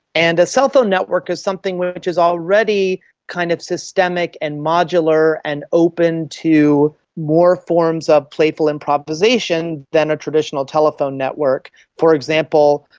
and a cell phone network is something which which is already kind of systemic and modular and open to more forms of playful improvisation than a traditional telephone network for example,